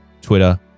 Twitter